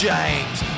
James